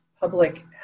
public